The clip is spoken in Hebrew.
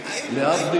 האם